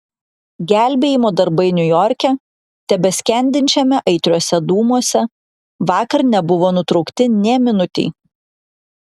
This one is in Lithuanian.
gelbėjimo darbai niujorke tebeskendinčiame aitriuose dūmuose vakar nebuvo nutraukti nė minutei